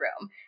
room